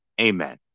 amen